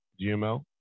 GML